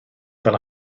fel